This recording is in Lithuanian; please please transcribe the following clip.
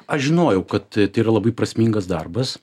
aš žinojau kad tai yra labai prasmingas darbas